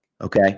Okay